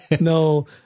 No